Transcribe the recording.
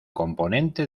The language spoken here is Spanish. componente